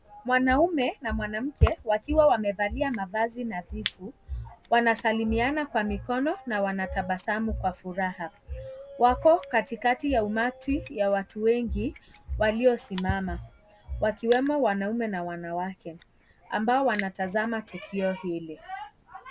Mwanaume na mwanamke, wakiwa wamevalia mavazi nadhifu .Wanasalimiana kwa mikono na wanatabasamu kwa furaha. Wako katikati ya umati ya watu wengi, waliosimama. Wakiwemo wanaume na wanawake, ambao wanatazama tukio hili.